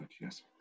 Yes